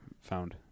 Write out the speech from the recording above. found